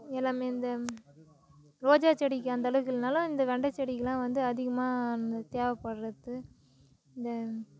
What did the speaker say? எல்லாம் இந்த ரோஜா செடிக்கு அந்தளவுக்கு இல்லைன்னாலும் இந்த வெண்டைச் செடிக்கெல்லாம் வந்து அதிகமாக இந்த தேவைப்பட்றது இந்த